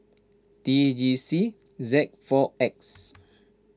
T G C Z four X